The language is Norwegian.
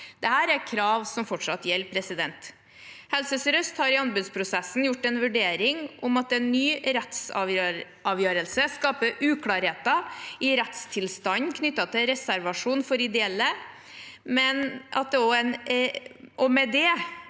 Dette er krav som fortsatt gjelder. Helse sør-øst har i anbudsprosessen gjort en vurdering av hvorvidt en ny rettsavgjørelse skaper uklarheter i rettstilstanden knyttet til reservasjon for ideelle, og med det